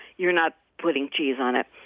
you're not putting cheese on it.